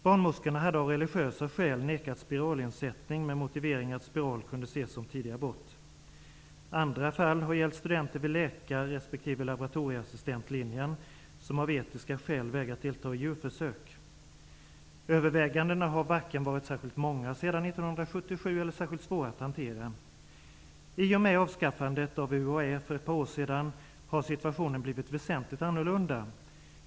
Barnmorskorna hade av religiösa skäl nekat spiralinsättning med motivering att spiral kunde ses som tidig abort. Andra fall har gällt studenter vid läkarlinjen respektive laboratorieassistentlinjen som av etiska skäl vägrat delta i djurförsök. Överklagandena har varken varit särskilt många sedan 1977 eller särskilt svåra att hantera. I och med avskaffandet av UHÄ för ett par år sedan har situationen blivit väsentligt annorlunda.